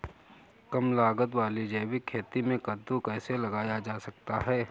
कम लागत वाली जैविक खेती में कद्दू कैसे लगाया जा सकता है?